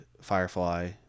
Firefly